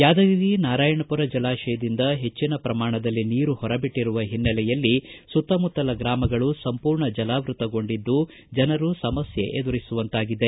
ಯಾದಗಿರಿ ನಾರಾಯಣಪುರ ಜಲಾಶಯದಿಂದ ಹೆಚ್ಚಿನ ಪ್ರಮಾಣದಲ್ಲಿ ನೀರು ಹೊರಬಿಟ್ಟರುವ ಹಿನ್ನೆಲೆಯಲ್ಲಿ ಸುತ್ತಮುತ್ತಲ ಗ್ರಾಮಗಳು ಸಂಪೂರ್ಣ ಜಲಾವೃತಗೊಂಡಿದ್ದು ಜನರು ಸಮಸ್ಕೆ ಎದುರಿಸುವಂತಾಗಿದೆ